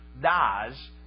dies